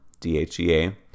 DHEA